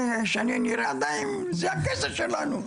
זה שאני נראה עדיין זה בגלל הגזע שלנו.